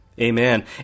Amen